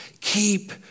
keep